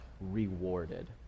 rewarded